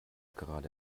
gerade